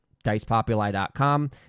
DicePopuli.com